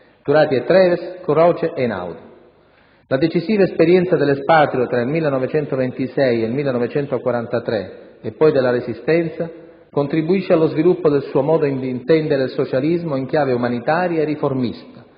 Turati e Treves, Croce ed Einaudi. La decisiva esperienza dell'espatrio tra il 1926 e il 1943 e poi della Resistenza contribuisce allo sviluppo del suo modo di intendere il socialismo in chiave umanitaria e riformista